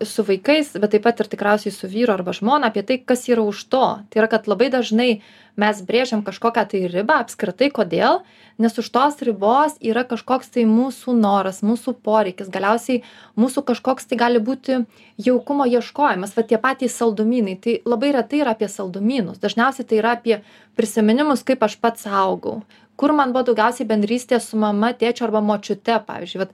su vaikais bet taip pat ir tikriausiai su vyru arba žmona apie tai kas yra už to tai yra kad labai dažnai mes brėžiam kažkokią ribą apskritai kodėl nes už tos ribos yra kažkoks tai mūsų noras mūsų poreikis galiausiai mūsų kažkoks tai gali būti jaukumo ieškojimas va tie patys saldumynai tai labai retai yra apie saldumynus dažniausiai tai yra apie prisiminimus kaip aš pats augau kur man buvo daugiausiai bendrystės su mama tėčiu arba močiute pavyzdžiui vat